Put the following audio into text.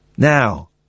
Now